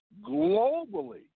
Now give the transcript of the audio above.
globally